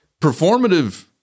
performative